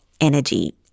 energy